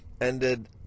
ended